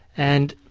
and